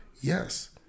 Yes